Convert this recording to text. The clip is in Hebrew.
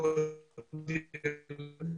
ילדים,